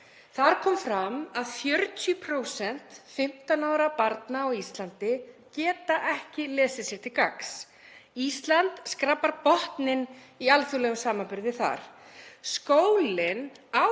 Þar kom fram að 40% 15 ára barna á Íslandi geta ekki lesið sér til gagns. Ísland skrapar botninn í alþjóðlegum samanburði þar. Skólinn á